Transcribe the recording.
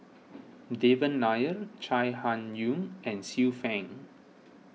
Devan Nair Chai Hon Yoong and Xiu Fang